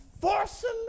forcing